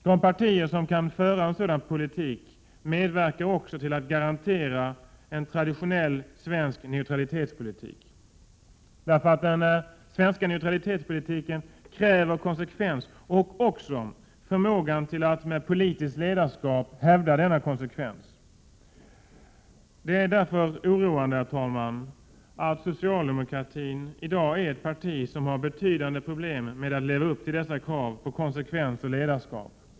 De partier som kan föra en sådan politik medverkar till att garantera en traditionell svensk neutralitetspolitik. Den svenska neutralitetspolitiken kräver nämligen konsekvens och även förmåga att med politiskt ledarskap hävda denna konsekvens. Det är därför oroande att det socialdemokratiska partiet i dag har betydande problem när det gäller att leva upp till sådana här krav på konsekvens och ledarskap.